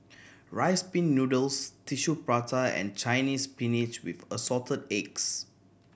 Rice Pin Noodles Tissue Prata and Chinese Spinach with Assorted Eggs